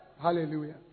Hallelujah